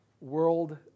world